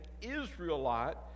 Israelite